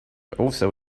also